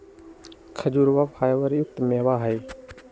खजूरवा फाइबर युक्त मेवा हई